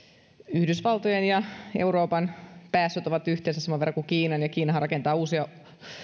yhdysvaltojen ja euroopan päästöt ovat yhteensä saman verran kuin kiinan ja kiinahan rakentaa uusia